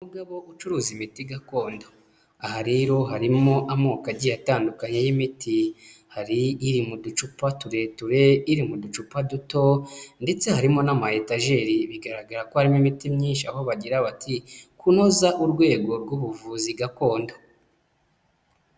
Umugabo ucuruza imiti gakondo, aha rero harimo amoko agiye atandukanye y'imiti, hari iri mu ducupa tureture, iri mu ducupa duto, ndetse harimo n'amayetajeri, bigaragara ko harimo imiti myinshi, aho bagira bati, kunoza urwego rw'ubuvuzi gakondo.